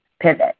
pivot